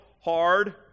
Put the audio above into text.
hard